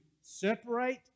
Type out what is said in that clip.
separate